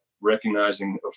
recognizing